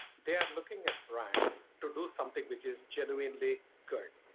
they are looking at brands to do something which is genuinely good,